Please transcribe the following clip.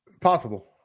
possible